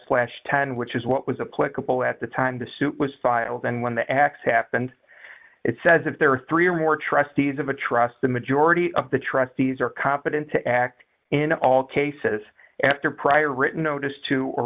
slash ten which is what was a clickable at the time the suit was filed and when the acts happened it says if there are three or more trustees of a trust the majority of the trustees are competent to act in all cases after prior written notice to or